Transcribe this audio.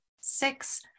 six